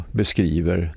beskriver